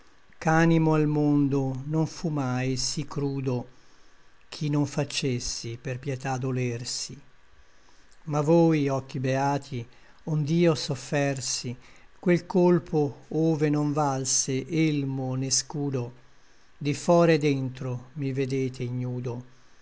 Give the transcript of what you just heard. ch'animo al mondo non fu mai sí crudo ch'i non facessi per pietà dolersi ma voi occhi beati ond'io soffersi quel colpo ove non valse elmo né scudo di for et dentro mi vedete ignudo